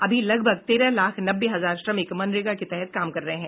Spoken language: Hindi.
अभी लगभग तेरह लाख नब्बे हजार श्रमिक मनरेगा के तहत काम कर रहे हैं